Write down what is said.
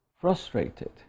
frustrated